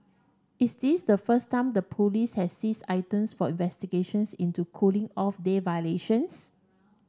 is this the first time the police has seized items for investigations into cooling off day violations